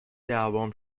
دعوام